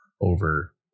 over